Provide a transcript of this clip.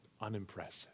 unimpressive